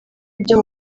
ibyo